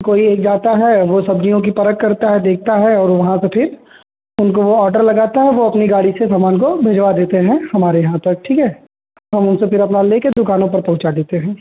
कोई एक जाता है वो सब्ज़ियों की परख करता है देखता है और वहाँ से फिर उनको वह ऑर्डर लगाता है वे अपनी गाड़ी से सामान को भिजवा देते हैं हमारे यहाँ तक ठीक है हम उनसे फिर अपना ले कर दुकानों पर पहुँचा देते हैं